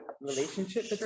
relationship